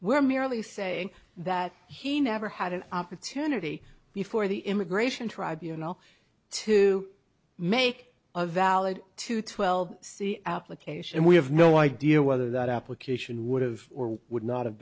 we're merely saying that he never had an opportunity before the immigration tribunals to make a valid to twelve c application and we have no idea whether that application would have or would not have